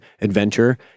adventure